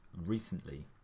recently